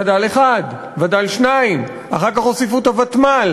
וד"ל 1, וד"ל 2. אחר כך הוסיפו את הוותמ"ל.